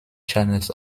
channels